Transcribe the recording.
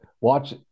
watch